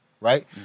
right